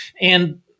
And-